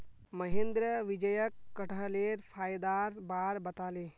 महेंद्र विजयक कठहलेर फायदार बार बताले